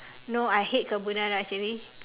no I hate carbonara actually